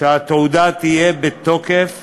שהתעודה תהיה בתוקף